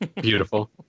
Beautiful